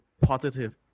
positive